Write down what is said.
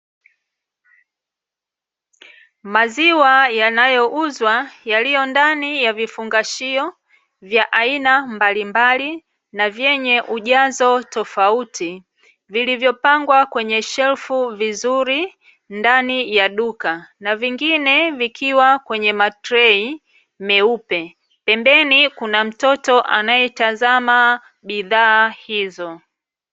Maziwa yanayo uzwa yaliyo ndani ya vifungashio vya aina mbalimbali na vyenye ujazo tofauti, vilivyopangwa kwenye sherfu vizuri ndani ya duka na vingine vikiwa kwenye matrei meupe, pembeni kuna mtoto anae tazama bidhaa hizo.